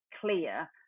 clear